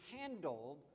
handled